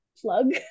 plug